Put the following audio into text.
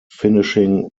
finishing